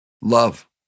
Love